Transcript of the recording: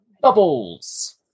Bubbles